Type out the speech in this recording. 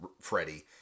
Freddie